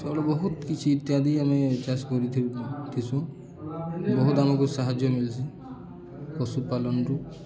ସେ ବହୁତ୍ କିଛି ଇତ୍ୟାଦି ଆମେ ଚାଷ୍ କରିଥି ଥିସୁ ବହୁତ୍ ଆମ୍କୁ ସାହାଯ୍ୟ ମିିଲ୍ସି ପଶୁପାଳନ୍ରୁ